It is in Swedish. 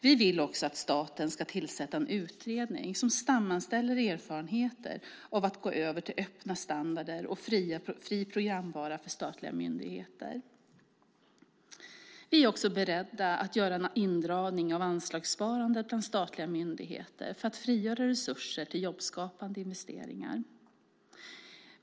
Vi vill också att staten ska tillsätta en utredning som sammanställer erfarenheter av att gå över till öppna standarder och fri programvara för statliga myndigheter. Vi är också beredda att göra en indragning av anslagssparandet bland statliga myndigheter för att frigöra resurser till jobbskapande investeringar.